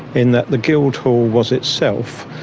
in that the guildhall was itself,